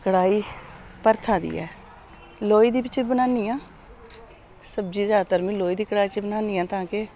कड़ाही भरथा दी ऐ लोहे दी बिच्च बनानी आं सब्जी जादातर में लोहे दी कड़ाही च बनानी आं तां के